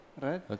right